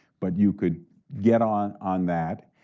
but you could get on on that.